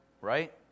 Right